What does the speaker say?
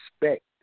respect